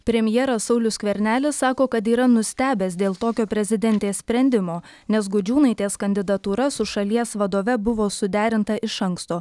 premjeras saulius skvernelis sako kad yra nustebęs dėl tokio prezidentės sprendimo nes gudžiūnaitės kandidatūra su šalies vadove buvo suderinta iš anksto